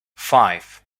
five